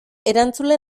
erantzule